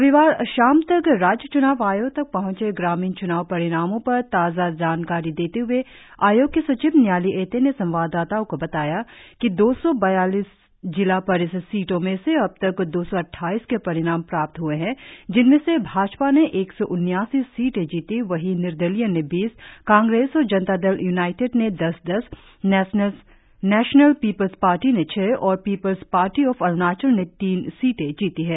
रविवार शाम तक राज्य च्नाव आयोग तक पहँचे ग्रामीण चुनाव परिणामों पर ताजा जानकारी देते हुए आयोग के सचिव न्याली एटे ने संवाददाताओ को बताया कि दो सौ बयालीस जिला परिषद सीटों में से अब तक दो सौ अट्ठाइस के परिणाम प्राप्त हुए है जिनमें से भाजपा ने एक सौ उन्यासी सीटें जीती वही निर्दलीय ने बीस कांग्रेस और जनता दलयूनाइटेड ने दस दस नेशनल पीपुल्स पार्टी ने छह और पीपल्स पार्टी ऑफ अरुणाचल ने तीन सीटे जीती है